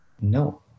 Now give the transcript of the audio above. no